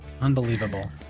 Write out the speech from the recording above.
Unbelievable